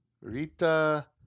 Rita